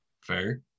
Fair